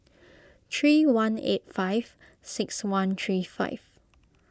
three one eight five six one three five